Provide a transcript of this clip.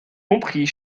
compris